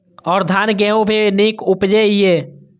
और धान गेहूँ भी निक उपजे ईय?